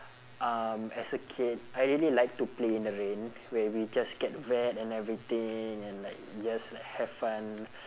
um as a kid I really like to play in the rain where we just get wet and everything and like we just like have fun